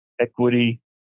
equity